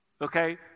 Okay